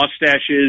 mustaches